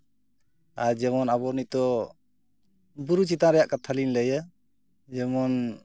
ᱟᱨ ᱡᱮᱢᱚᱱ ᱟᱵᱚ ᱱᱤᱛᱳᱜ ᱵᱩᱨᱩ ᱪᱮᱛᱟᱱ ᱨᱮᱭᱟᱜ ᱠᱟᱛᱷᱟ ᱞᱤᱧ ᱞᱟᱹᱭᱟ ᱡᱮᱢᱚᱱ